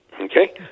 okay